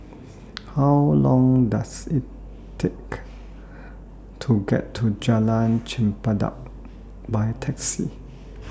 How Long Does IT Take to get to Jalan Chempedak By Taxi